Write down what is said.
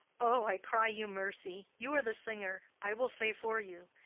o, i cry you mercy! you are the singer. i will say for you.